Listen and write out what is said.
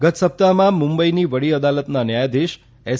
ગત સપ્તાહમાં મુંબઇની વડી અદાલતના ન્યાયાધીશ એસ